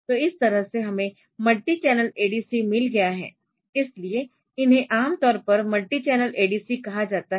तो इस तरह से हमें मल्टी चैनल ADC मिल गया है इसलिए इन्हें आमतौर पर मल्टी चैनल ADC कहा जाता है